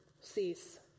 cease